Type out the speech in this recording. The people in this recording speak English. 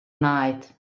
night